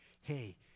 Hey